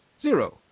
Zero